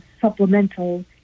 supplemental